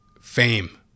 fame